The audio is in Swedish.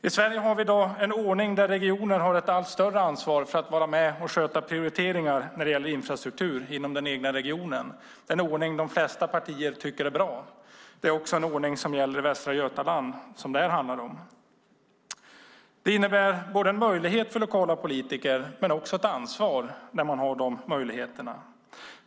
I Sverige har vi i dag en ordning där regionerna har ett allt större ansvar för att vara med och sköta prioriteringar när det gäller infrastruktur inom den egna regionen. Det är en ordning som de flesta partier tycker är bra. Det är också en ordning som gäller i Västra Götaland som det här handlar om. Det innebär en möjlighet för lokala politiker men också ett ansvar.